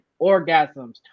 orgasms